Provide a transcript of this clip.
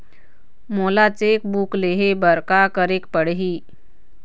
मोला cheque book लेहे बर का केरेक पढ़ही?